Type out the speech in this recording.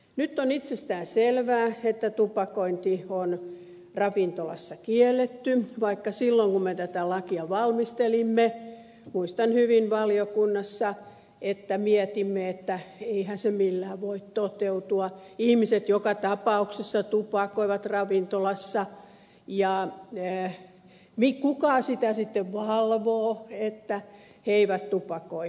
nyt on itsestään selvää että tupakointi on ravintolassa kielletty vaikka silloin kun me tätä lakia valmistelimme muistan hyvin kuinka valiokunnassa mietimme että eihän se millään voi toteutua ihmiset joka tapauksessa tupakoivat ravintolassa ja kuka sitä valvoo että he eivät tupakoi